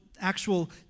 actual